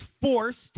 forced